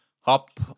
hop